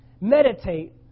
Meditate